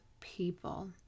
people